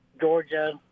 Georgia